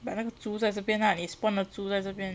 but 那个猪在这边 ah 你 spawn 的猪在这边